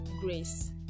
Grace